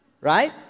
right